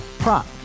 Prop